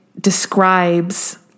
describes